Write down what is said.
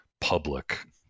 public